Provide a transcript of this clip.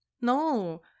No